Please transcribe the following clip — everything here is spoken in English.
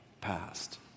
past